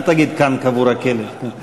אדוני, יש חוק, יש נתונים.